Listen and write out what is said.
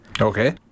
Okay